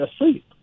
asleep